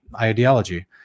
ideology